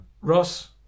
Ross